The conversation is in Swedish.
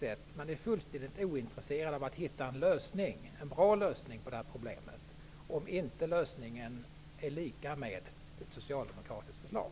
Socialdemokraterna är fullständigt ointresserade av att hitta en bra lösning på problemet, om inte lösningen är lika med ett socialdemokratiskt förslag.